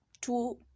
two